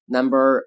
Number